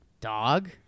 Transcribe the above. Dog